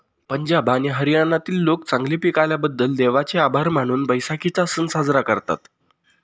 पंजाब आणि हरियाणातील लोक चांगले पीक आल्याबद्दल देवाचे आभार मानून बैसाखीचा सण साजरा करतात